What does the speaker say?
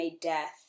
death